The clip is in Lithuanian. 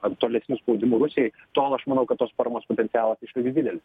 ar tolesniu spaudimu rusijai tol aš manau kad tos formos potencialas išliks didelis